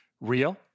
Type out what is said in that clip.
real